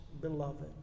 beloved